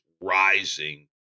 rising